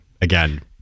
again